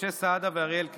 משה סעדה ואריאל קלנר,